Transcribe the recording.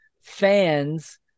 fans